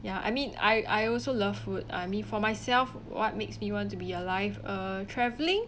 ya I mean I I also love food I mean for myself what makes me want to be alive uh travelling